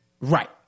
right